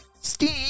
Steve